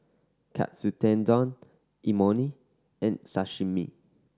Katsu Tendon Imoni and Sashimi